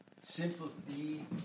sympathy